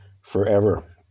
forever